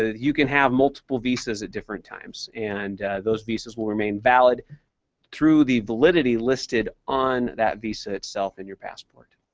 ah you can have multiple visas at different times, and those visas will remain valid through the validity listed on that visa itself in your passport.